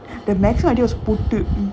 the max~ idea was puttu